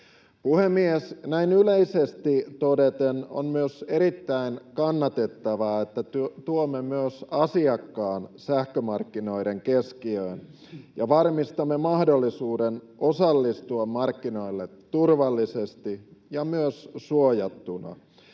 Puhemies! Näin yleisesti todeten on myös erittäin kannatettavaa, että tuomme myös asiakkaan sähkömarkkinoiden keskiöön ja varmistamme mahdollisuuden osallistua markkinoille turvallisesti ja suojattuna.